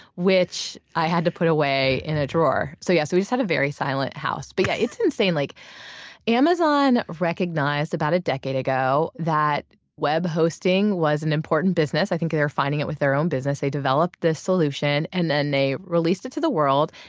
which i had to put away in a drawer. so yeah, we so just had a very silent house. but yeah it's insane. like amazon recognized about a decade ago that web hosting was an important business, i think they're finding it with their own business, they developed this solution and then they released it to the world.